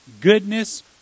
goodness